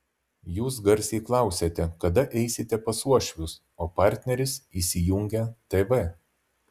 jūs garsiai klausiate kada eisite pas uošvius o partneris įsijungia tv